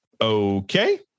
okay